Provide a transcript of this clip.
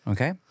Okay